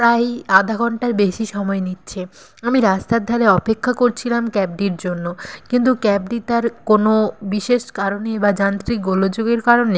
প্রায় আধ ঘণ্টার বেশি সময় নিচ্ছে আমি রাস্তার ধারে অপেক্ষা করছিলাম ক্যাবটির জন্য কিন্তু ক্যাবটি তার কোনো বিশেষ কারণে বা যান্ত্ৰিক গোলযোগের কারণে